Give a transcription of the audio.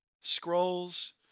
scrolls